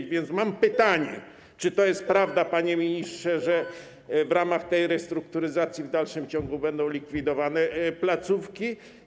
Mam więc pytanie: Czy to jest prawda, panie ministrze, że w ramach tej restrukturyzacji w dalszym ciągu będą likwidowane placówki?